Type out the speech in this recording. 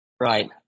Right